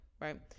right